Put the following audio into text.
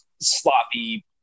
sloppy